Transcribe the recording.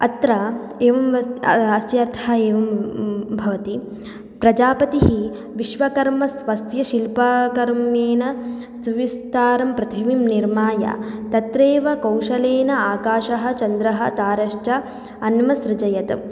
अत्र एवम् अस्ति अस्य अर्थः एवं भवति प्रजापतिः विश्वकर्म स्वस्य शिल्पकर्मणा सुविस्तारं पृथिवीं निर्माय तत्रैव कौशलेन आकाशः चन्द्रः तारं च अन्वसृजयत्